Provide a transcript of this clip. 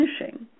finishing